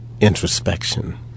introspection